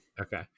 Okay